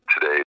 today